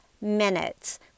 minutes